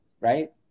right